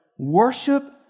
Worship